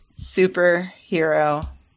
Superhero